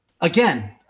Again